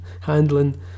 handling